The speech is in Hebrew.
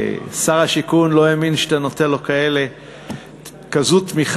שר השיכון לא האמין שאתה נותן לו כזו תמיכה,